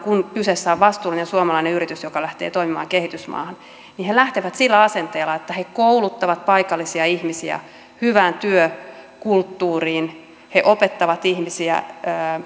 kun kyseessä on vastuullinen suomalainen yritys joka lähtee toimimaan kehitysmaahan niin he lähtevät sillä asenteella että he kouluttavat paikallisia ihmisiä hyvään työkulttuuriin he opettavat ihmisiä